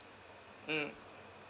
mm